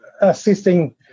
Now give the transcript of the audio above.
Assisting